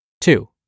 Two